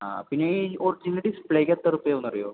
ആ പിന്നെ ഈ ഒറിജിനൽ ഡിസ്പ്ലേയ്ക്ക് എത്ര ഉർപ്യയാവുന്നറിയോ